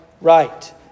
right